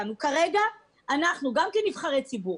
גם כנבחרי ציבור,